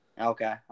Okay